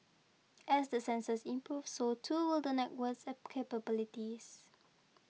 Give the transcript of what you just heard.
as the sensors improve so too will the network's capabilities